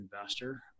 investor